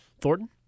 Thornton